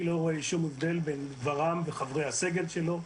אני לא רואה כל הבדל בין ור"מ וחברי הסגל שלו,